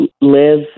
live